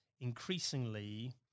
increasingly